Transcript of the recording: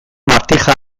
martija